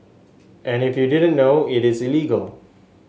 and if you didn't know it is illegal